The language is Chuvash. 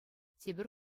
тепӗр